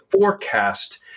forecast